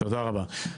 תודה רבה.